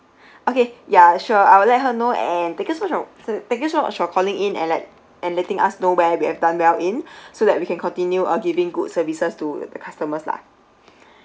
okay ya sure I will let her know and thank you so much f~ thank your so much for calling in and let and letting us know where we have done well in so that we can continue uh giving good services to the customers lah